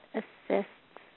assists